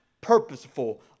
purposeful